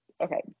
Okay